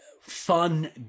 fun